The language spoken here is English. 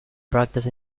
practice